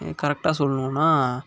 கரெக்டாக சொல்லணுன்னா